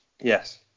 Yes